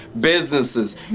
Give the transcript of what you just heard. businesses